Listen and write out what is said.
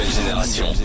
génération